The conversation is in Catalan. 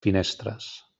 finestres